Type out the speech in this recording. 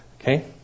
Okay